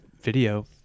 video